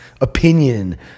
opinion